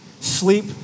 sleep